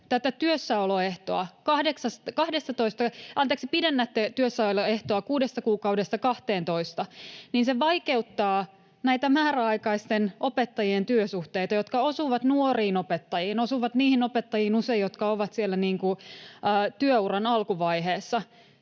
te pidennätte työssäoloehtoa kuudesta kuukaudesta kahteentoista, niin se vaikeuttaa näitä määräaikaisten opettajien työsuhteita, jotka osuvat nuoriin opettajiin, osuvat usein niihin opettajiin, jotka ovat siellä työuran alkuvaiheessa.